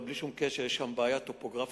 אבל בלי שום קשר יש שם בעיה טופוגרפית,